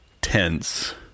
tense